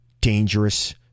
dangerous